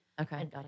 Okay